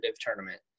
tournament